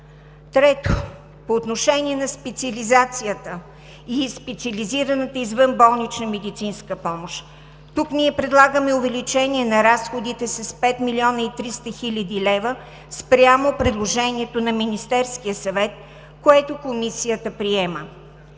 Трето, по отношение на специализацията и специализираната извънболнична медицинска помощ. Тук ние предлагаме увеличение на разходите с 5 млн. 300 хил. лв. спрямо предложението на Министерския съвет, което Комисията приема.